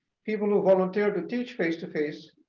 people who volunteer to teach face to face,